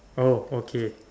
oh okay